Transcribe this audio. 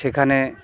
সেখানে